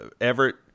Everett